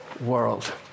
world